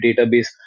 database